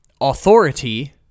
authority